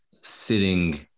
sitting